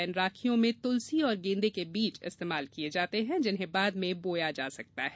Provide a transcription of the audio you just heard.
इन राखियों में तुलसी और गेंदे के बीज इस्तेमाल किये जाते है जिन्हें बाद में बोया जा सकता है